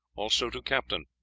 also to captain.